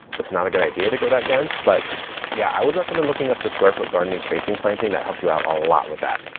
that's not a good idea to go that dense. but yeah, i would recommend looking up the square foot gardening spacing planting. that helps you out a lot with that.